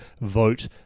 vote